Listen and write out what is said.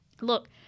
Look